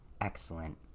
Excellent